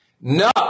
No